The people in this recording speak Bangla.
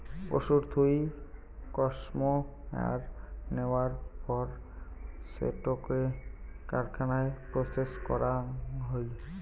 পশুর থুই কাশ্মেয়ার নেয়ার পর সেটোকে কারখানায় প্রসেস করাং হই